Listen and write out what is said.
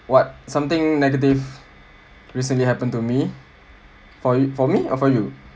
what something negative recently happened to me for for me or for you